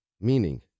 meaning